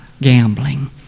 gambling